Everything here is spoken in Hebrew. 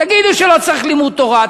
תגידו שלא צריך לימוד תורה,